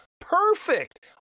perfect